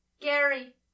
Gary